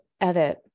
Edit